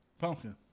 Pumpkin